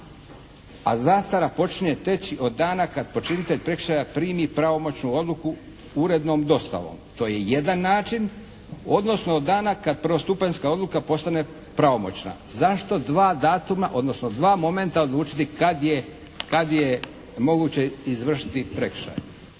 a zastara počinje teći od dana kad počinitelj prekršaja primi pravomoćnu odluku urednom dostavom. To je jedan način, odnosno od dana kad prvostupanjska odluka postane pravomoćna. Zašto dva datuma, odnosno dva momenta odlučiti kad je, kad je moguće izvršiti prekršaj.